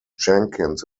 jenkins